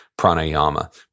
Pranayama